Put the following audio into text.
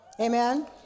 amen